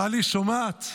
טלי, שומעת?